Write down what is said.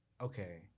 okay